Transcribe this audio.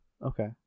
Okay